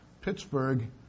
Pittsburgh